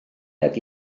nag